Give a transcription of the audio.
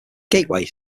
gateway